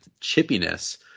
chippiness